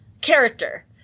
character